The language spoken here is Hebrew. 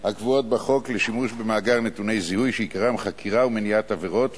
הקבועות בחוק לשימוש במאגר נתוני זיהוי שעיקרם חקירת ומניעת עבירות,